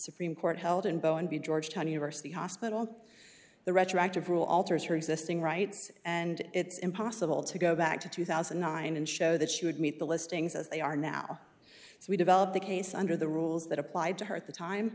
supreme court held and go and be georgetown university hospital the retroactive rule alters her existing rights and it's impossible to go back to two thousand and nine and show that she would meet the listings as they are now so we developed the case under the rules that applied to her at the time